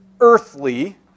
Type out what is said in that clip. earthly